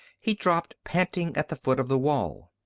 he dropped panting at the foot of the wall.